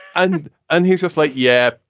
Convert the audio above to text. and and he's just like, yeah,